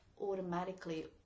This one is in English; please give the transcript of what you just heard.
automatically